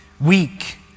weak